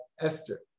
Esther